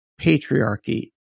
patriarchy